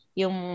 yung